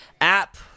app